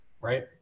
right